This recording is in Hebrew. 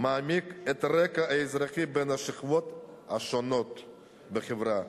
מעמיק את הקרע האזרחי בין השכבות השונות בחברה,